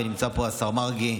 ונמצא פה השר מרגי,